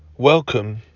Welcome